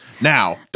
now